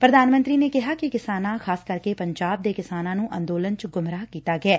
ਪ੍ਰਧਾਨ ਮੰਤਰੀ ਨੇ ਕਿਹਾ ਕਿ ਕਿਸਾਨਾਂ ਖ਼ਾਸ ਕਰਕੇ ਪੰਜਾਬ ਦੇ ਕਿਸਾਨਾਂ ਨੂੰ ਅੰਦੋਲਨ ਚ ਗੂੰਮਰਾਹ ਕੀਤਾ ਗੈ